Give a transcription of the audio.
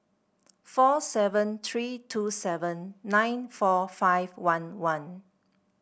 four seven three two seven nine four five one one